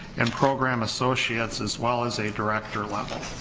and program associates, as well as a director level,